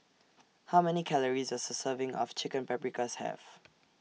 How Many Calories Does A Serving of Chicken Paprikas Have